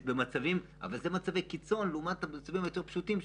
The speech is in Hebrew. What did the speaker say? אבל זה במצבי קיצון לעומת מצבים יותר פשוטים.